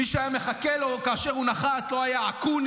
מי שהיה מחכה לו כאשר הוא נחת לא היה אקוניס.